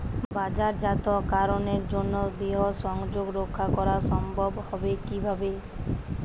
বাজারজাতকরণের জন্য বৃহৎ সংযোগ রক্ষা করা সম্ভব হবে কিভাবে?